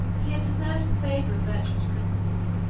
he had deserved the favor of virtuous princes,